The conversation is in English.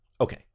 Okay